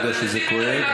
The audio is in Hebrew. אני יודע שזה כואב,